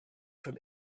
from